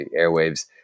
airwaves